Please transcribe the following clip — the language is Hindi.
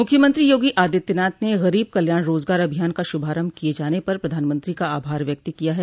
मुख्यमंत्री योगी आदित्यनाथ ने गरीब कल्याण रोजगार अभियान का शुभारम्भ किये जाने पर प्रधानमंत्री का आभार व्यक्त किया है